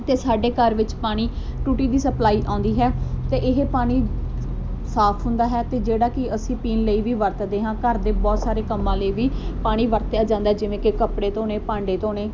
ਅਤੇ ਸਾਡੇ ਘਰ ਵਿੱਚ ਪਾਣੀ ਟੂਟੀ ਦੀ ਸਪਲਾਈ ਆਉਂਦੀ ਹੈ ਅਤੇ ਇਹ ਪਾਣੀ ਸਾਫ਼ ਹੁੰਦਾ ਹੈ ਅਤੇ ਜਿਹੜਾ ਕਿ ਅਸੀਂ ਪੀਣ ਲਈ ਵੀ ਵਰਤਦੇ ਹਾਂ ਘਰ ਦੇ ਬਹੁਤ ਸਾਰੇ ਕੰਮਾਂ ਲਈ ਵੀ ਪਾਣੀ ਵਰਤਿਆ ਜਾਂਦਾ ਜਿਵੇਂ ਕਿ ਕੱਪੜੇ ਧੋਣੇ ਭਾਂਡੇ ਧੋਣੇ